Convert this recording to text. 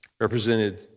represented